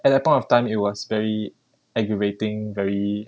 at that point of time it was very aggravating very